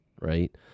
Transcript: right